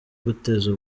guteza